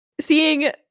Seeing